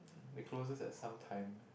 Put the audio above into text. it closes at some time